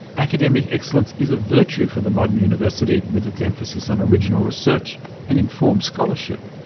academic excellence is a virtue for the modern university, with its emphasis on original research and informed scholarship.